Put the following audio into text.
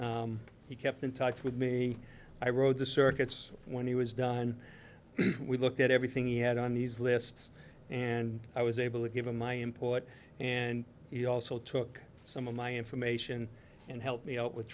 he kept in touch with me i wrote the circuits when he was done and we looked at everything it had on these lists and i was able to give him my input and he also took some of my information and helped me out with